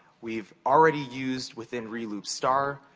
we've already used, within reloop star,